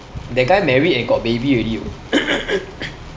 that guy married and got baby already orh